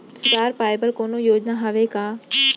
रोजगार पाए बर कोनो योजना हवय का?